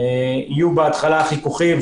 שיהיו בהתחלה חיכוכים,